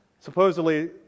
supposedly